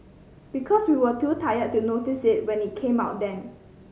because we were too tired to notice it when it came out then